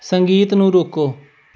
ਸੰਗੀਤ ਨੂੰ ਰੋਕੋ